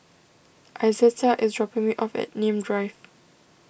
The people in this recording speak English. Izetta is dropping me off at Nim Drive